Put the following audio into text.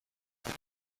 داشت